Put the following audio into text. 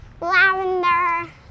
Lavender